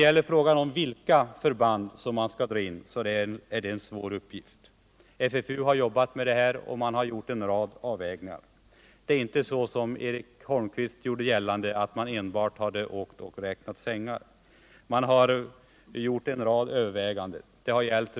Att avgöra vilka förband som skall dras in är en svår uppgift. FFU har jobbat med detta och gjort en rad avvägningar. Eric Holmqvist gjorde gällande att man enbart hade åkt runt och räknat sängar, men vad som skett är ju att man har gjort en rad överväganden.